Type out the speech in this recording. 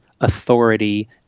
authority